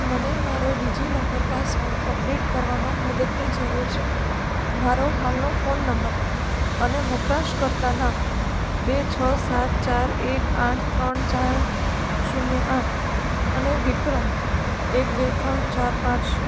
મને મારો DigiLocker password update કરવામાં મદદની જરૂર છે મારો હાલનો ફોન નંબર અને વપરાશકર્તા નામ બે છ સાત ચાર એક આઠ ત્રણ ચાર શૂન્ય આઠ અને વિક્રમ એક બે ત્રણ ચાર પાંચ